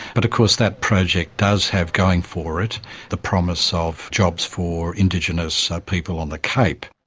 but of course that project does have going for it the promise of jobs for indigenous people on the cape.